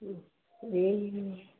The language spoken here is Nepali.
ए